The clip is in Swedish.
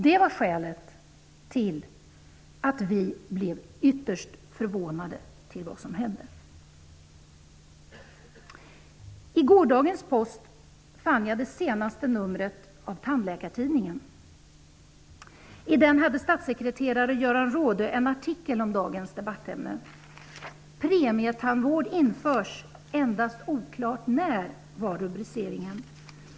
Det var skälet till att vi socialdemokrater blev ytterst förvånade över det som hände. Bland gårdagens post fann jag det senaste numret av Tandläkartidningen. I detta nummer hade statssekreterare Göran Rådö en artikel om dagens debattämne. ''Premietandvård införs -- endast oklart när'' var rubriceringen.